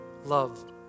love